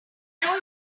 know